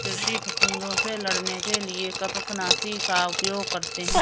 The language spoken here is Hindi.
कृषि फफूदों से लड़ने के लिए कवकनाशी का उपयोग करते हैं